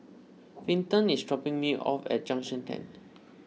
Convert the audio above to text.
Vinton is dropping me off at Junction ten